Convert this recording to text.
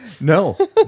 No